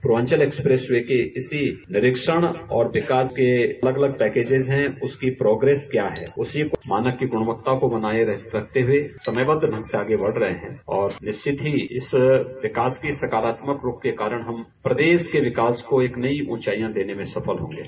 Purvanchal expressway के इसी निरीक्षण और विकास के अलग अलग पैकेजज है उसकी प्रोग्रेस क्या है उसकी मानक की गुणवत्ता को बनाये रखते हुए समयबद्ध ढंग से आगे बढ़ रहे है और निश्चित ही इस विकास की सकारात्मक रूप के कारण हम प्रदेश के विकास को नई ऊँचाईयां देने में सफल होंगे